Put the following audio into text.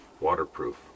Waterproof